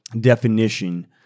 definition